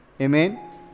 Amen